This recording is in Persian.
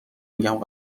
میگم